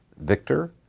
Victor